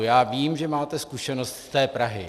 Já vím, že máte zkušenost z Prahy.